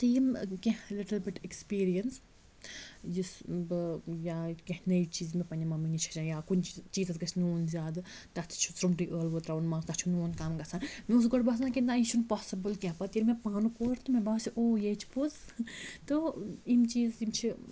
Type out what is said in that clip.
تہٕ یِم کینٛہہ لِٹٕل بِٹ ایٚکٕسپیٖریَنٕس یُس بہٕ یا کینٛہہ نٔے چیٖز مےٚ پنٛنہِ مَمی نِش ہیٚچھان یا کُنہِ چیٖزَس گژھِ نوٗن زیادٕ تَتھ چھِ سرٛوٗنٛٹٕے ٲلوٕ ترٛاوُن منٛز تَتھ چھُ نوٗن کَم گژھان مےٚ اوس سُہ گۄڈٕ باسان کہِ نہ یہِ چھُنہٕ پاسِبٕل کینٛہہ پَتہٕ ییٚلہِ مےٚ پانہٕ کوٚر تہٕ مےٚ باسیو او یے چھِ پوٚز تہٕ یِم چیٖز یِم چھِ